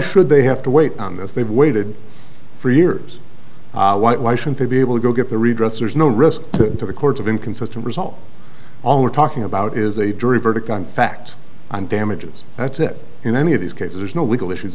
should they have to wait on this they've waited for years why shouldn't they be able to go get the redress there's no risk to the courts of inconsistent result all we're talking about is a dirty verdict on facts and damages that's it in any of these cases there's no legal issues